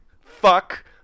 fuck